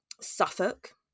Suffolk